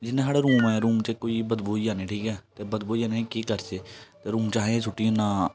जियां साढ़ा रूम ऐ रूम च कोई बदबू होई जानी ठीक ऐ ते बदबू होई जानी केह् करचै ते रूम च असें सुट्टी ओड़ना